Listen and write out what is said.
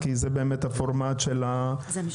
כי זה באמת הפורמט של הוועדה.